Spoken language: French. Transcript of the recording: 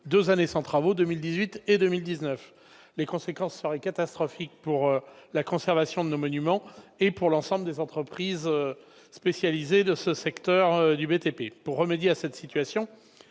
deux années sans travaux : 2018 et 2019. Les conséquences seraient catastrophiques pour la conservation des monuments et pour l'ensemble des entreprises spécialisées de ce secteur du BTP. Pour remédier à cette situation,